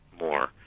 More